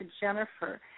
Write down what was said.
Jennifer